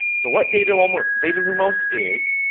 so what datalumos datalumos is,